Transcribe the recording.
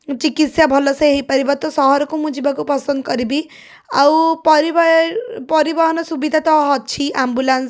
ଚିକିତ୍ସା ଭଲସେ ହେଇପାରିବ ତ ସହରକୁ ମୁଁ ଯିବାକୁ ପସନ୍ଦ କରିବି ଆଉ ପରିବ ହେଉ ପରିବହନ ସୁବିଧା ତ ଅଛି ଆମ୍ବୁଲାନ୍ସ